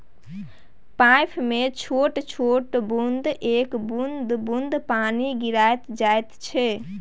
pipe मे छोट छोट छेद कए बुंद बुंद पानि गिराएल जाइ छै